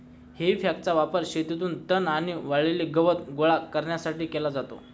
हेई फॉकचा वापर शेतातून तण आणि वाळलेले गवत गोळा करण्यासाठी केला जातो